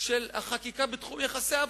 אני צריך לקחת ממך פרוסת לחם, ולא מהאיש הרזה.